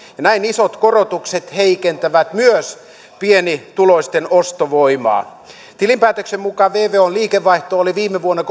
näin isot korotukset heikentävät myös pienituloisten ostovoimaa tilinpäätöksen mukaan vvon liikevaihto oli viime vuonna